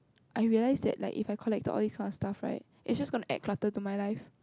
I realised that like if I collect the all these kind of stuffs right it just going to add clutter to my life